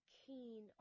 keen